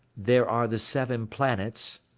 there are the seven planets,